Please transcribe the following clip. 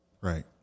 Right